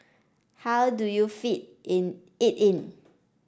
how do you fit in it in